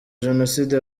jenoside